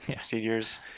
seniors